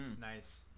Nice